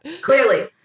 clearly